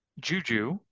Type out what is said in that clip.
Juju